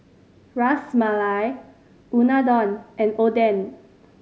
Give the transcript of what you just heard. Ras Malai Unadon and Oden